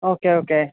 okay okay